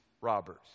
robbers